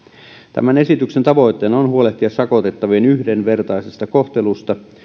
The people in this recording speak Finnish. tämän esityksen tavoitteena on huolehtia sakotettavien yhdenvertaisesta kohtelusta